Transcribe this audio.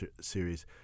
series